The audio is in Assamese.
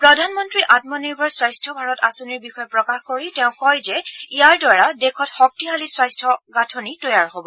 প্ৰধানমন্ত্ৰী আমনিৰ্ভৰ স্বাস্থ্য ভাৰত আঁচনিৰ বিষয়ে প্ৰকাশ কৰি তেওঁ কয় যে ইয়াৰ দ্বাৰা দেশত শক্তিশালী স্বাস্থ্য গাঁথনি তৈয়াৰ হ'ব